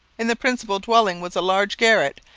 in the principal dwelling was a large garret,